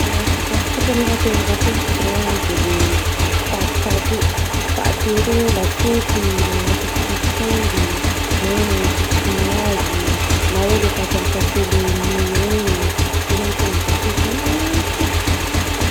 Ah sakafo sotra nefa tena ankafiziko zao a de le patipaty io paty ohatra hoe lasopy magnano lasopy tongotr'omby na manano soupe chinoise na hoe le paty amin'ny sache le nouille regny io zao tena akafiziko nefany tsotra.